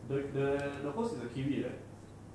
the the the host is the kiwi right